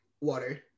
water